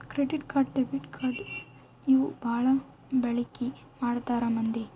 credit card debit card ಇವು ಬಾಳ ಬಳಿಕಿ ಮಾಡ್ತಾರ ಮಂದಿ